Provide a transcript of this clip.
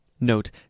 Note